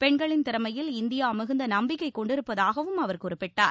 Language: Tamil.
பெண்களின் திறமையில் இந்தியா மிகுந்த நம்பிக்கை கொண்டிருப்பதாகவும் அவர் குறிப்பிட்டார்